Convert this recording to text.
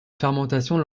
fermentation